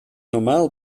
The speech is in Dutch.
normaal